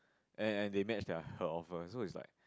and and they match their her offer so is like